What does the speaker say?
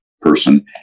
person